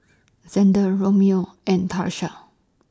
Zander Romeo and Tarsha